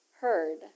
heard